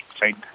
right